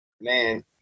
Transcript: Man